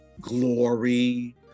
Glory